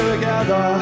Together